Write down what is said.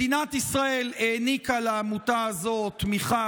מדינת ישראל העניקה לעמותה הזאת תמיכה